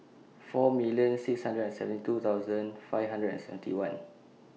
four million six hundred and seventy two thousand five hundred and seventy one